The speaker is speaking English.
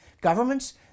Governments